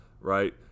right